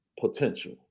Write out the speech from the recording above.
potential